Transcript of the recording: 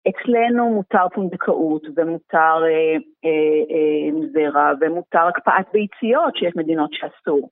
אצלנו מותר פונדקאות, ומותר זרע, ומותר הקפאת ביציות שיש מדינות שאסור